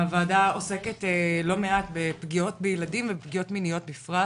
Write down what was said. הוועדה עוסקת לא מעט בפגיעות בילדים ופגיעות מיניות בפרט,